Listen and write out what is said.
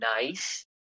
nice